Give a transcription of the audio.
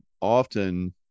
often